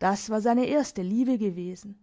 das war seine erste liebe gewesen